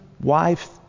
wife